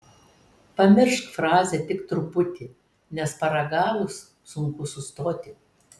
pamiršk frazę tik truputį nes paragavus sunku sustoti